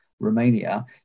Romania